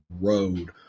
road